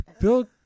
Bill